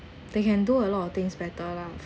they can do a lot of things better lah